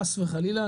חס וחלילה,